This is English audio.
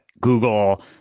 Google